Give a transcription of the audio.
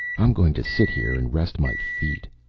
i'm going to sit here and rest my feet.